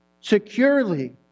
securely